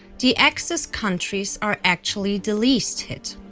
the axis countries are actually the least hit.